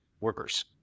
workers